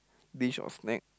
dish or snack